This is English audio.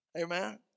amen